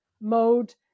mode